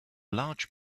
large